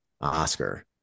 Oscar